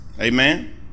Amen